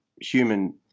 human